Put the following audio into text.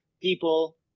people